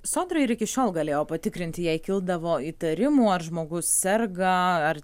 sodra ir iki šiol galėjo patikrinti jei kildavo įtarimų ar žmogus serga ar